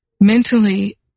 mentally